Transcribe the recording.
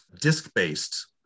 disk-based